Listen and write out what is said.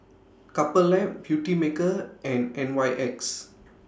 Couple Lab Beautymaker and N Y X